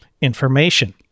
information